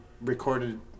recorded